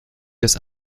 des